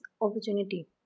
opportunity